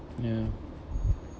ya